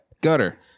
gutter